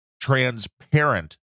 transparent